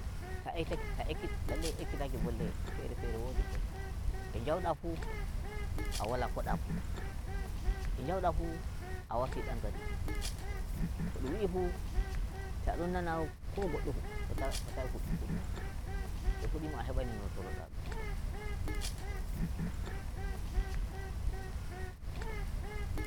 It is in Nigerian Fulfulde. Ta ekki lallai ekkitaki bolde fere fere wodi bone, e njauda fuu a wala kodaku. e njauda fuu a warti dan garijo, ko dum wi'i fuu ta dom nana ko goɗɗo fota fotayi hu huduma, to'o hudima a hebai no myotororadum